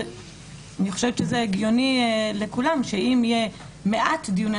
אני חושבת שזה הגיוני לכולם שאם יהיו מעט דיונים,